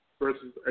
versus